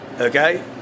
okay